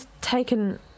taken